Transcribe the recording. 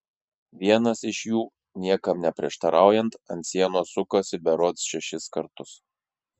vienas iš jų niekam neprieštaraujant ant sienos sukosi berods šešis kartus